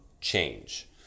change